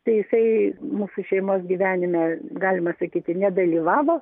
tai jisai mūsų šeimos gyvenime galima sakyti nedalyvavo